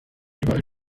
überall